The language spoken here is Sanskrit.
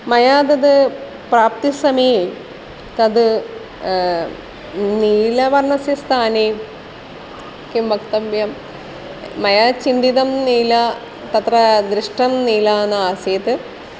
मया तद् प्राप्तिसमये तद् नीलवर्णस्य स्थाने किं वक्तव्यं मया यत् चिन्तितं नीलः तत्र दृष्टं नीलः न आसीत्